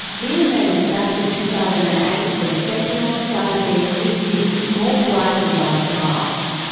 he remembers back to two thousand and eight when fentanyl started being misused more widely by staff.